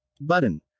Button